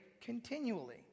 continually